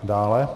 Dále.